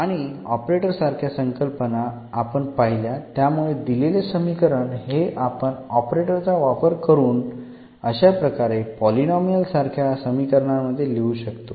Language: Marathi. आणि ऑपरेटर सारख्या संकल्पना आपण पहिल्या त्यामुळे दिलेले समीकरण हे आपण ऑपरेटरचा वापर करून अशा प्रकारे पॉलिनॉमियल सारख्या समीकरणामध्ये लिहू शकतो